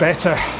Better